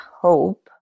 hope